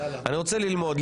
אני רוצה ללמוד,